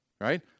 right